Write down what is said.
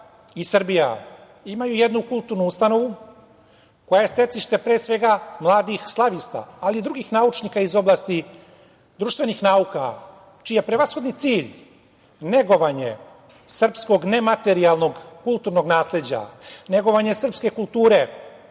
i Srbija imaju jednu kulturnu ustanovu koja je stecište pre svega mladih slavista, ali i drugih naučnika iz oblasti društvenih nauka čiji je prevashodni cilj negovanje srpskog nematerijalnog kulturnog nasleđa, negovanje srpske kulture,